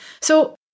So-